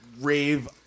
rave